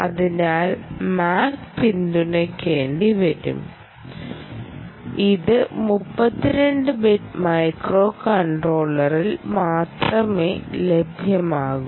അതിനാൽ MAC പിന്തുണയ്ക്കേണ്ടിവരും ഇത് 32 ബിറ്റ് മൈക്രോകൺട്രോളറിൽ മാത്രമേ ലഭ്യമാകൂ